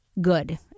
good